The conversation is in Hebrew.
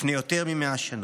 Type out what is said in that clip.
לפני יותר מ-100 שנה: